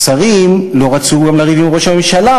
השרים גם לא רצו לריב עם ראש הממשלה,